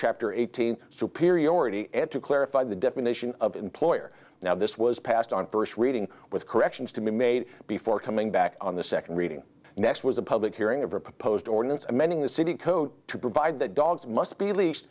chapter eighteen superiority to clarify the definition of employer now this was passed on first reading with corrections to be made before coming back on the second reading the next was a public hearing of her proposed ordinance amending the city code to provide that dogs must be leas